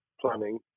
planning